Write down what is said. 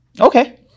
okay